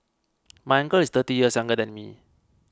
my uncle is thirty years younger than me